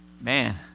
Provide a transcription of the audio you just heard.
Man